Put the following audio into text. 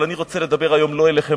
אבל אני רוצה לדבר היום לא אליכם,